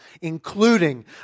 including